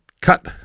cut